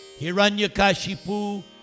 Hiranyakashipu